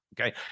Okay